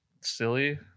silly